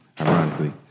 ironically